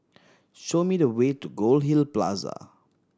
show me the way to Goldhill Plaza